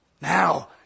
Now